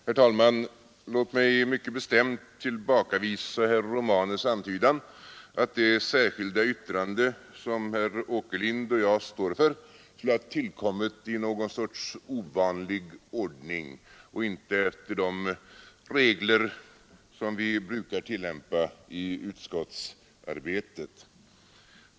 Herr talman! Låt mig mycket bestämt tillbakavisa herr Romanus” antydan om att det särskilda yttrande som herr Åkerlind och jag står för skulle ha tillkommit i någon sorts ovanlig ordning och inte efter de regler som vi brukar tillämpa i utskottsarbetet.